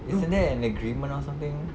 isn't there an agreement or something